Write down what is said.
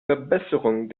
verbesserung